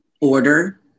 order